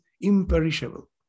imperishable